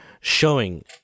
showing